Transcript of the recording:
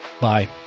Bye